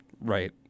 Right